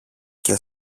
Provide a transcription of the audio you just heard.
και